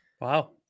wow